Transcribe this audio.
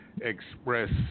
express